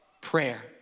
prayer